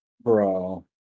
Bro